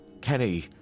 Kenny